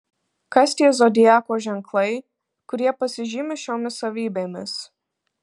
kas tie zodiako ženklai kurie pasižymi šiomis savybėmis